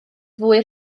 fwy